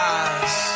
eyes